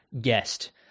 guest